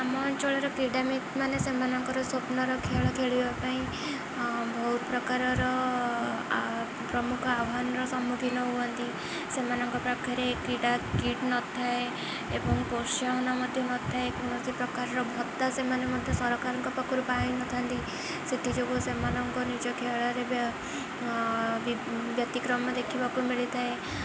ଆମ ଅଞ୍ଚଳର କ୍ରୀଡ଼ାବିତ୍ ମାନେ ସେମାନଙ୍କର ସ୍ୱପ୍ନର ଖେଳ ଖେଳିବା ପାଇଁ ବହୁତ ପ୍ରକାରର ପ୍ରମୁଖ ଆହ୍ୱାନର ସମ୍ମୁଖୀନ ହୁଅନ୍ତି ସେମାନଙ୍କ ପାଖରେ କ୍ରୀଡ଼ା କିଟ୍ ନଥାଏ ଏବଂ ପ୍ରୋତ୍ସାହନ ମଧ୍ୟ ନଥାଏ କୌଣସି ପ୍ରକାରର ଭତ୍ତା ସେମାନେ ମଧ୍ୟ ସରକାରଙ୍କ ପାଖରୁ ପାଇନଥାନ୍ତି ସେଥିଯୋଗୁଁ ସେମାନଙ୍କ ନିଜ ଖେଳରେ ବ୍ୟତିକ୍ରମ ଦେଖିବାକୁ ମିଳିଥାଏ